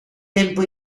tempo